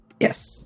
Yes